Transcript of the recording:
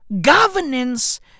Governance